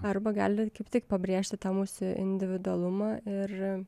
arba gali kaip tik pabrėžti tą mūsų individualumą ir